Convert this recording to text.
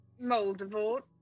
Moldavort